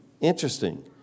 interesting